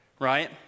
right